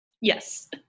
Yes